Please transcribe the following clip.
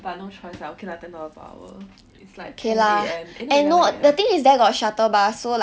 but no choice lah okay lah ten dollar per hour it's like four A_M and then you